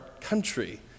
country